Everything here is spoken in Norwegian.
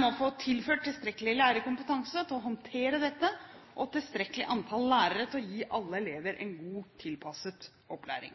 må få tilført tilstrekkelig lærerkompetanse til å håndtere dette og tilstrekkelig antall lærere til å gi alle elever en god, tilpasset opplæring.